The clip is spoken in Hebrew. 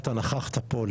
אתה נכחת פה,